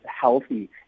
healthy